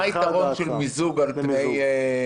מה היתרון של מיזוג על פני הצמדה?